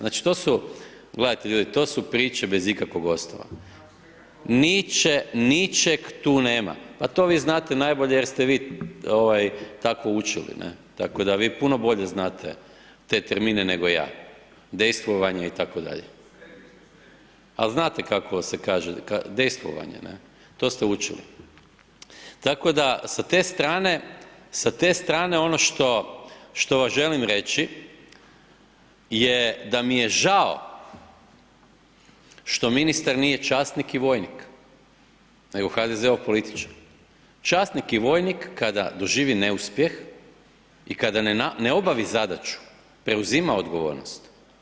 Znači to su, gledajte ljudi, to su priče bez ikakvog osnova, ničeg tu nema, pa to vi znate najbolje jer ste vi tako učili, ne, tako da vi puno bolje znate te termine nego ja, dejstvovanje itd., al znate kako se kaže dejstvovanje, ne, to ste učili, tako da sa te strane, sa te strane, ono što, što vam želim reći je da mi je žao što ministar nije časnik i vojnik nego HDZ-ov političar časnik i vojnik kada doživi neuspjeh i kada ne obavi zadaću, preuzima odgovornost.